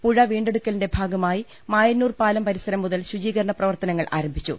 പുഴ വീണ്ടെടുക്കലിന്റെ ഭാഗമായി മായന്നൂർപാലം പരി സരം മുതൽ ശുചീകരണ പ്രവർത്തനങ്ങൾ ആരംഭിച്ചു